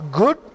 good